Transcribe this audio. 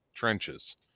trenches